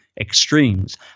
extremes